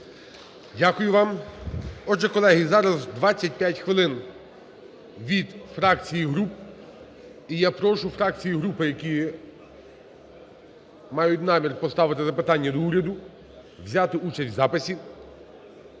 Дякую вам. Отже, колеги, зараз 25 хвилин від фракцій і груп. І я прошу фракції і групи, які мають намір поставити запитання до уряду, взяти участь у записі.